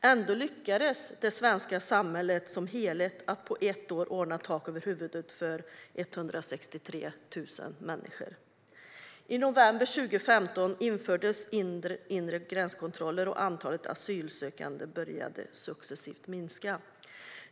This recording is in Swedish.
Ändå lyckades det svenska samhället som helhet ordna tak över huvudet för 163 000 människor på ett år. I november 2015 infördes inre gränskontroller, och antalet asylsökande minskade successivt.